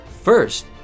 First